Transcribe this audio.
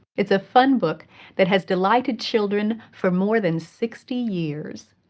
it's a fun book that has delighted children for more than sixty years.